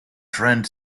trent